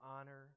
honor